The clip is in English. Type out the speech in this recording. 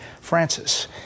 Francis